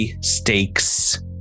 stakes